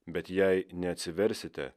bet jei neatsiversite